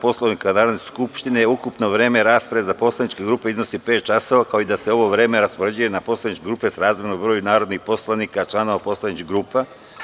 Poslovnika Narodne skupštine, ukupno vreme rasprave za poslaničke grupe iznosi pet časova,a kao i da se ovo vreme raspoređuje na poslaničke grupe srazmerno broju narodnih poslanika članova poslaničke grupe.